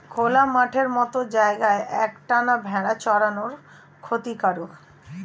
খোলা মাঠের মত জায়গায় এক টানা ভেড়া চরানো ক্ষতিকারক